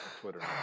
Twitter